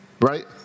right